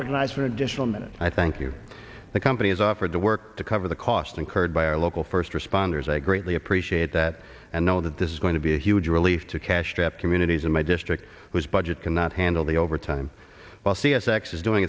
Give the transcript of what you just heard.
recognized an additional minute i thank you the company has offered to work to cover the cost incurred by our local first responders i greatly appreciate that and know that this is going to be a huge relief to cash strapped communities in my district was budget cannot handle the overtime while c s x is doing